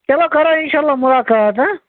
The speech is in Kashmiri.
چلو کَرو اِنشااللہ مُلاقات